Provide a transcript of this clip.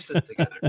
together